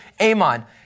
Amon